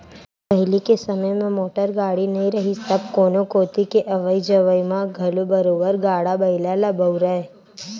पहिली के समे म मोटर गाड़ी नइ रिहिस तब कोनो कोती के अवई जवई म घलो बरोबर गाड़ा बइला ल बउरय